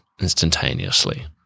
instantaneously